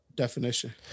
Definition